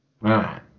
Right